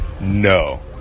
No